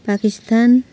Pakistan